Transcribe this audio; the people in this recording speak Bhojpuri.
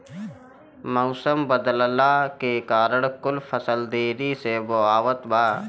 मउसम बदलला के कारण कुल फसल देरी से बोवात बा